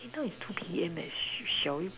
eh now is two PM leh shall we